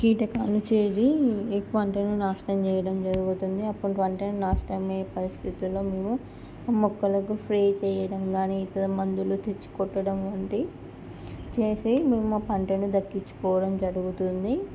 కీటకాలు చేరి పంటను నాశనం చేయడం జరుగుతుంది అప్పుడు పంటలు నాశనం అయ్యే పరిస్థితుల్లో ముందు మొక్కలకు స్ప్రే చేయడం కానీ ఇతర మందులను తెచ్చి కొట్టడం వంటి చేసి ఉన్న పంటను దక్కించుకోవడం జరుగుతుంది